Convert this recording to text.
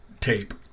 tape